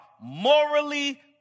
morally